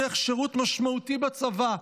דרך שירות משמעותי בצבא,